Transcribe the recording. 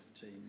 team